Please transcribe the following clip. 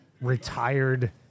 retired